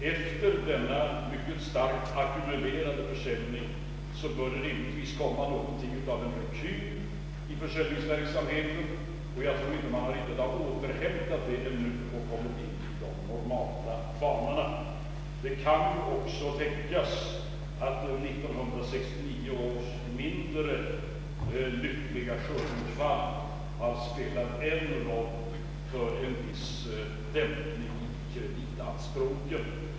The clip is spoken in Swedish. Efter denna mycket starkt ackumulerade försäljning bör rimligtvis komma något av en rekyl i försäljningsverksamheten, och det har man nog inte riktigt återhämtat ännu, så att man kommit in i de normala banorna. Det kan ju också tänkas att 1969 års mindre lyckliga skördeutfall har medfört en viss dämpning av kreditanspråken.